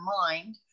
mind